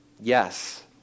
yes